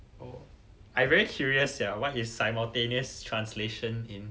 oh I very curious sia what is simultaneous translation in